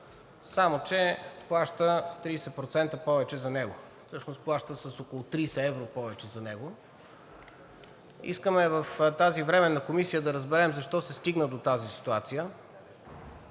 само че плаща с 30% повече за него, всъщност плаща с около 30 евро повече за него. Искаме в тази временна комисия да разберем защо се стигна до тази ситуация.